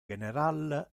general